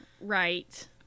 Right